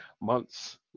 months